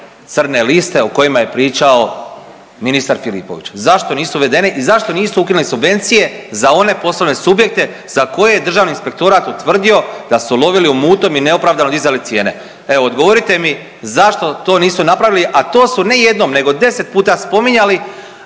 crne liste o kojima je pričao ministar Filipović? Zašto nisu uvedeni i zašto nisu ukinuli subvencije za one poslovne subjekte za koje je Državni inspektorat utvrdio da su lovili u mutnom i neopravdano dizali cijene, evo odgovorite mi zašto to nisu napravi? A to su ne jednom nego 10 puta spominjali